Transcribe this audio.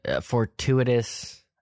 fortuitous